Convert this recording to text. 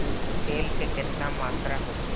तेल के केतना मात्रा होखे?